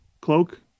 cloak